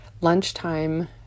Lunchtime